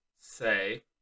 say